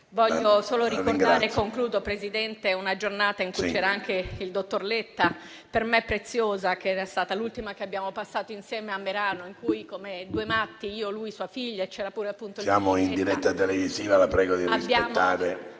Voglio solo ricordare - e concludo, Presidente - una giornata in cui era presente anche il dottor Letta, per me preziosa, che è stata l'ultima che abbiamo passato insieme a Merano, in cui, come due matti, io, lui e sua figlia... PRESIDENTE. Siamo in diretta televisiva e la prego di rispettare